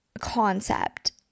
concept